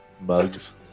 mugs